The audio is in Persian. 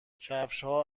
کفشها